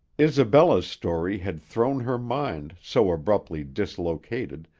isabella's story had thrown her mind, so abruptly dislocated,